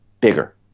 bigger